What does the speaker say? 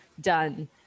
done